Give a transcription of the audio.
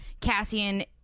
Cassian